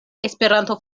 esperanto